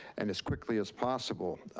and as quickly as possible.